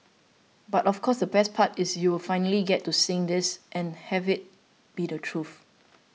but of course the best part is you'll finally get to sing this and have it be the truth